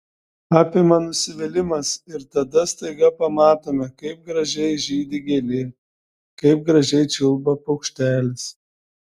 apima nusivylimas ir tada staiga pamatome kaip gražiai žydi gėlė kaip gražiai čiulba paukštelis